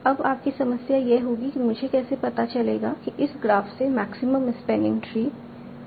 अब आपकी समस्या यह होगी कि मुझे कैसे पता चलेगा कि इस ग्राफ से मैक्सिमम स्पैनिंग ट्री क्या हैं